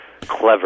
clever